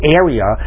area